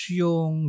yung